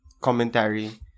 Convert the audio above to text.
commentary